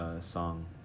song